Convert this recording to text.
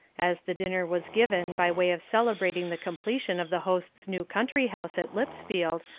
as the dinner was given by way of celebrating the completion of the host's new country house at lipsfield,